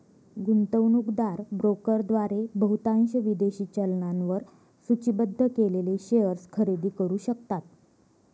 गुंतवणूकदार ब्रोकरद्वारे बहुतांश विदेशी चलनांवर सूचीबद्ध केलेले शेअर्स खरेदी करू शकतात